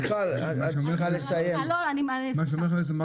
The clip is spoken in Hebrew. מיכל, משפטי סיום.